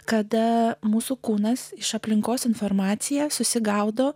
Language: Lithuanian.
kada mūsų kūnas iš aplinkos informaciją susigaudo